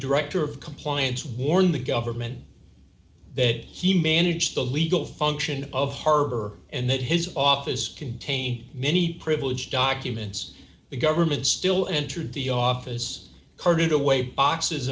director of compliance warned the government that he managed the legal function of her and that his office contain many privileged documents the government still entered the office carted away boxes